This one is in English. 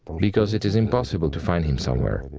because it is impossible to find him somewhere,